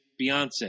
Beyonce